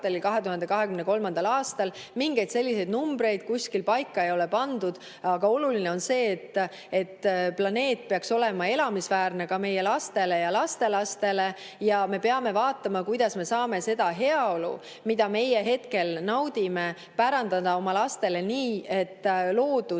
2023. aastal. Mingeid selliseid numbreid kuskil paika ei ole pandud. Aga oluline on see, et planeet peaks olema elamisväärne ka meie lastele ja lastelastele. Ja me peame vaatama, kuidas me saame seda heaolu, mida meie hetkel naudime, pärandada oma lastele nii, et loodus